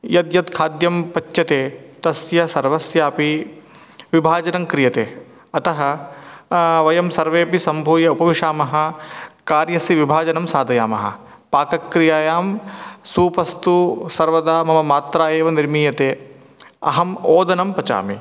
यद् यद् खाद्यं पच्यते तस्य सर्वस्यापि विभाजितं क्रियते अतः वयं सर्वेऽपि सम्भूय उपविशामः कार्यस्य विभाजनं साधयामः पाकक्रियायां सूपस्तु सर्वदा मम मात्रा एव निर्मीयते अहम् ओदनं पचामि